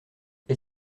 est